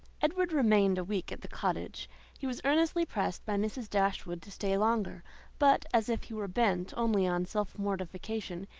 edward remained a week at the cottage he was earnestly pressed by mrs. dashwood to stay longer but, as if he were bent only on self-mortification,